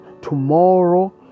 tomorrow